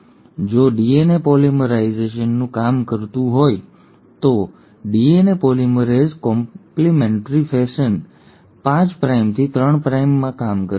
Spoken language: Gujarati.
અને જો ડીએનએ પોલિમરેઝને કામ કરવું હોય તો ડીએનએ પોલિમરેઝ કોમ્પ્લિમેન્ટરી ફેશન 5 પ્રાઇમથી 3 પ્રાઇમમાં કામ કરશે